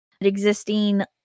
existing